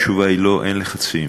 התשובה היא לא, אין לחצים.